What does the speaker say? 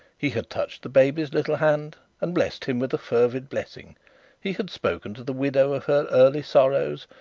he had touched the baby's little hand and blessed him with a fervid blessing he had spoken to the widow of her early sorrows,